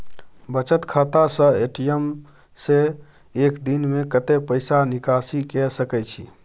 बचत खाता स ए.टी.एम से एक दिन में कत्ते पाई निकासी के सके छि?